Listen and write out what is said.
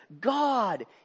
God